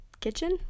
kitchen